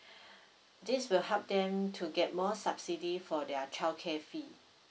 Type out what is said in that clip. this will help them to get more subsidy for their childcare fee